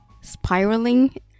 spiraling